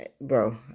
bro